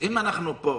אם אנחנו פה,